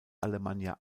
alemannia